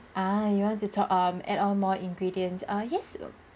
ah you want to top err add on more ingredients uh yes